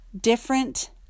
different